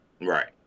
Right